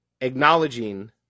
Acknowledging